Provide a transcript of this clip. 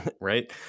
right